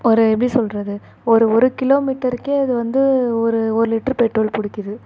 ஒரு எப்படி சொல்கிறது ஒரு ஒரு கிலோ மீட்டருக்கே அது வந்து ஒரு ஒரு லிட்ரு பெட்ரோல் பிடிக்கிது